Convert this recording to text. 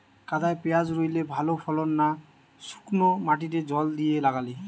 কাদায় পেঁয়াজ রুইলে ভালো ফলন না শুক্নো মাটিতে জল দিয়ে লাগালে?